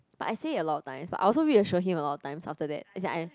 but I say a lot of times but I also reassure him a lot of times after that as in I